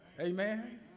Amen